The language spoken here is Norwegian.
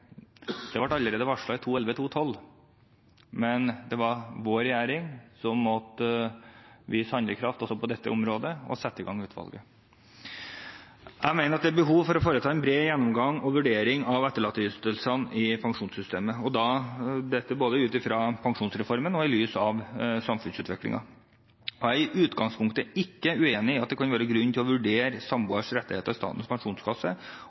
Det ble varslet allerede i 2011–2012, men det var vår regjering som måtte vise handlekraft også på dette området og sette i gang utvalget. Jeg mener at det er behov for å foreta en bred gjennomgang og vurdering av etterlatteytelsene i pensjonssystemet, både ut fra pensjonsreformen og i lys av samfunnsutviklingen. Jeg er i utgangspunktet ikke uenig i at det kan være grunn til å vurdere samboeres rettigheter i Statens pensjonskasse